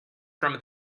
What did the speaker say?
from